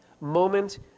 moment